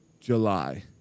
July